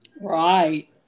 Right